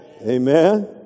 Amen